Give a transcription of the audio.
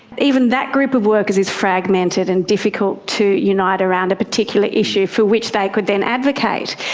even that group of workers is fragmented and difficult to unite around a particular issue for which they could then advocate.